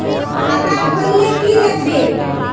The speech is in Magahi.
खाता खोल ले की लागबे?